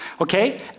okay